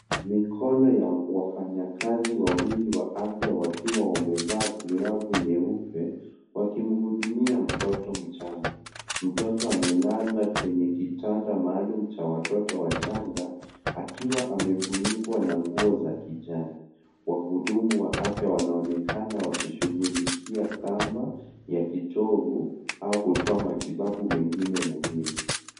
Mikono ya wafanyakazi wawili wa afya wakiwa wamevaa glavu nyeupe, wakimhudumia mtoto mchanga. Mtoto amelala kwenye kitanda maalum cha watoto wachanga, akiwa amefunikwa na nguo za kijani. Wahudumu wa afya wanaonekana wakishughulikia kamba ya kitovu, au kutoa matibabu mengine muhimu.